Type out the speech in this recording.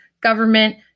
government